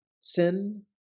sin